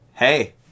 Hey